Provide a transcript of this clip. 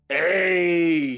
Hey